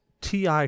TI